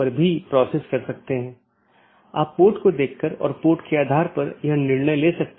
metric पर कोई सार्वभौमिक सहमति नहीं है जिसका उपयोग बाहरी पथ का मूल्यांकन करने के लिए किया जा सकता है